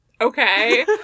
okay